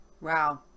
Wow